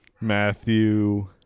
Matthew